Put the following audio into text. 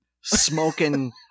smoking